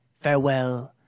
Farewell